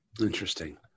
interesting